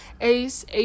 ace